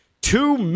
two